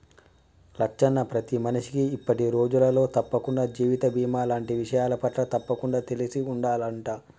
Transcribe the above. లచ్చన్న ప్రతి మనిషికి ఇప్పటి రోజులలో తప్పకుండా జీవిత బీమా లాంటి విషయాలపట్ల తప్పకుండా తెలిసి ఉండాలంట